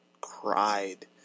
cried